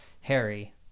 Harry